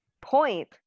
point